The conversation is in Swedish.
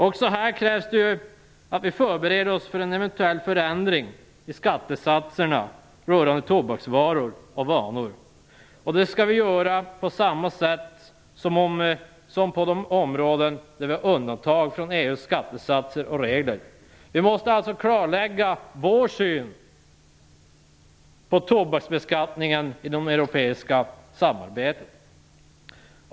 Också här krävs det ju att vi förbereder oss för en eventuell förändring i skattesatserna rörande tobaksvaror och vanor, och det skall vi göra på samma sätt som på de områden där vi har undantag från EU:s skattesatser och regler. Vi måste alltså klarlägga vår syn på tobaksbeskattningen inom det europeiska samarbetet.